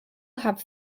have